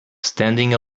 standing